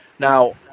Now